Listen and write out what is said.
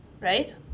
right